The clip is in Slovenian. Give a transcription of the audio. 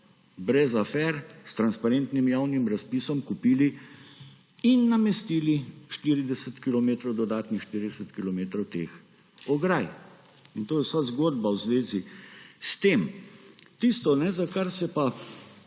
brez afer, s transparentnim javnim razpisom kupili in namestili dodatnih 40 kilometrov teh ograj. In to je vsa zgodba v zvezi s tem. Tisto, za kar se pa